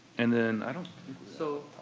and then i don't so